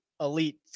elite